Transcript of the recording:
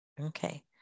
Okay